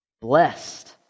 Blessed